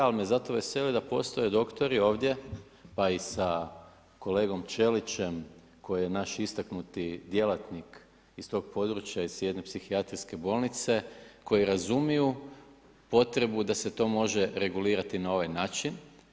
Ali me zato veseli da postoje doktori ovdje, pa i sa kolegom Ćelićem koji je naš istaknuti djelatnik iz tog područja iz jedne psihijatrijske bolnice koji razumiju potrebu da se to može regulirati na ovaj način.